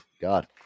God